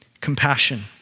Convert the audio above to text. compassion